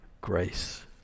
grace